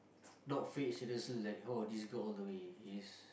not fate like oh this girl all the way it's